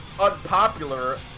unpopular